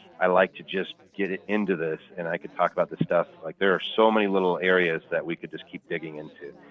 i like to just get it into this and i could talk about this stuff. like there are so many little areas that we could just keep digging into.